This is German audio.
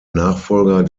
nachfolger